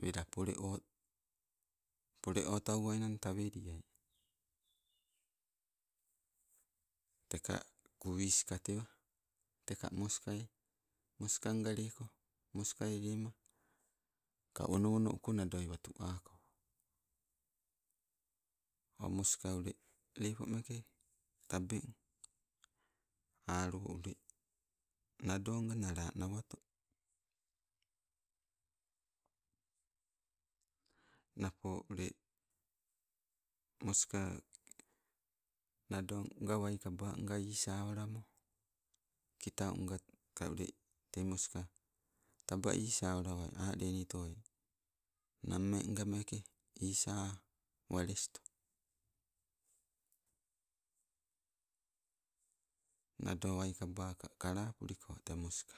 welo pole o, pole otauwainang taweliai. Teka kuwisi ka tewa, teka moskai moskangaleko, moskai lema, ka wonowono uko nado watu ako. O moska ule, lepomeke tabeng, alo ule nado nga nala nawato. Napo ule, moska nadonga waika baanga isawalamo, kitaunga ka ule, tei moska, taba isawalawai, ale nitowai nammeenga meeke isa westole. Nado waikeba kolapuliko tee moska.